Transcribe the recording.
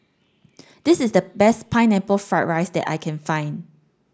this is the best pineapple fried rice that I can find